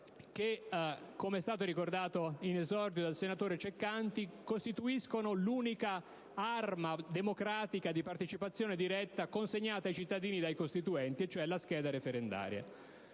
che, com'è stato ricordato in esordio dal senatore Ceccanti, costituiscono l'unica arma democratica e di partecipazione diretta consegnata ai cittadini dai Costituenti, cioè la scheda referendaria.